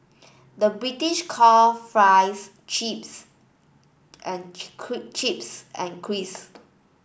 the British call fries chips and chips and crisps